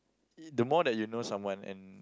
the more that you know someone and